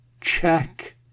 check